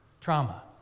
trauma